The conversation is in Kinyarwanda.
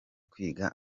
kwiga